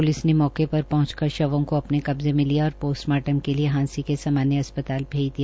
police ने मौके पर पहंच कर शवों को अपने कब्जे में लिया और पोस्ट मार्टम के लिए हांसी के सामान्य अस्प्ताल भेज दिया